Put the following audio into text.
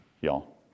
y'all